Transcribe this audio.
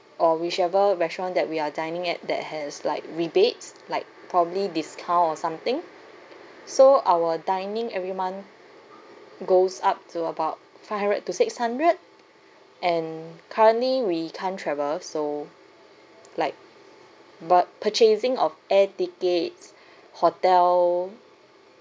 or whichever restaurant that we are dining at that has like rebates like probably discount or something so our dining every month goes up to about five hundred to six hundred and currently we can't travel so like bought purchasing of air tickets hotel